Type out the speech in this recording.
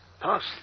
past